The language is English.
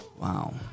Wow